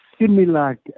similar